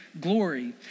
glory